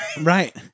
Right